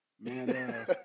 Man